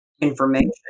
information